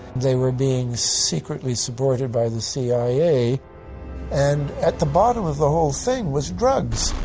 they were being secretly supported by the cia and at the bottom of the whole thing was drugs.